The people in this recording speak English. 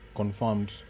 confirmed